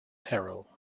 terrell